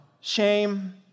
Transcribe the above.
shame